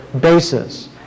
basis